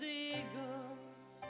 eagles